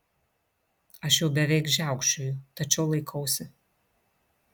aš jau beveik žiaukčioju tačiau laikausi